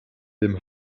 dem